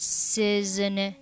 season